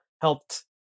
helped